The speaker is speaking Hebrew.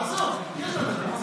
עזוב, יש לה דפים.